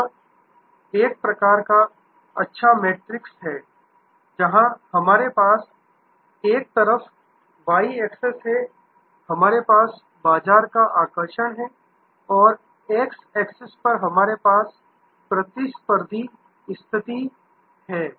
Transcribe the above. यह एक अच्छा मैट्रिक्स है जहां हमारे पास एक तरफ वाई एक्सेस है हमारे पास बाजार का आकर्षण है और एक्स एक्सेस पर हमारे पास प्रतिस्पर्धी स्थिति है